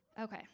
Okay